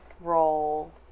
roll